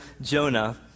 Jonah